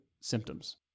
symptoms